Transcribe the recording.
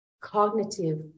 cognitive